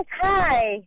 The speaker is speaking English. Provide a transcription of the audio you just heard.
hi